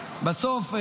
בסוף,